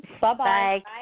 Bye-bye